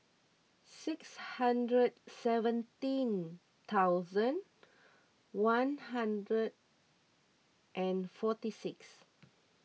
six hundred seventeen thousand one hundred and forty six